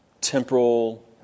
temporal